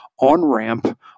on-ramp